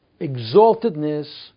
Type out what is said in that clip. exaltedness